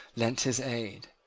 lent his aid.